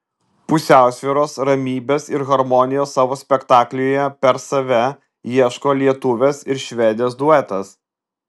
pusiausvyros ramybės ir harmonijos savo spektaklyje per save ieško lietuvės ir švedės duetas